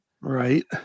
Right